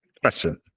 question